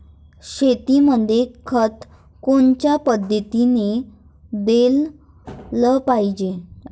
शेतीमंदी खत कोनच्या पद्धतीने देलं पाहिजे?